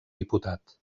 diputat